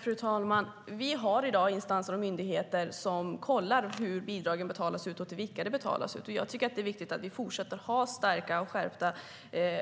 Fru talman! Vi har i dag instanser och myndigheter som kollar hur och till vilka bidrag betalas ut. Jag tycker att det är viktigt att vi fortsätter att ha en stark och skärpt